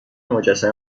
مجسمه